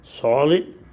solid